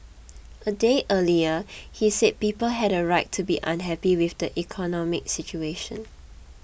a day earlier he said people had a right to be unhappy with the economic situation